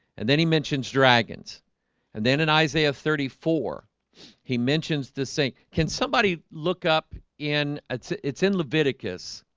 and then he mentions dragons and then in isaiah thirty four he mentions the sink. can somebody look up in it sits in leviticus